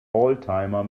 oldtimer